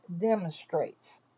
demonstrates